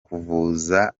kuvuza